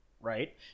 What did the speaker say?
Right